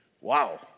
Wow